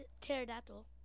pterodactyl